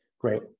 Great